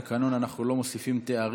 על פי התקנון אנחנו לא מוסיפים תארים,